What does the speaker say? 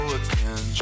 again